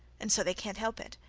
and so they can't help it.